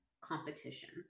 competition